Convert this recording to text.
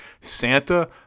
Santa